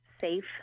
safe